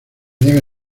debe